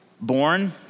born